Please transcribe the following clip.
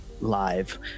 live